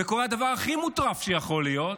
וקורה הדבר הכי מוטרף שיכול להיות: